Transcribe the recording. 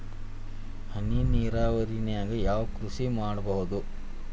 ಹನಿ ನೇರಾವರಿ ನಾಗ್ ಯಾವ್ ಕೃಷಿ ಮಾಡ್ಬೋದು?